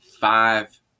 five